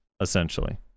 essentially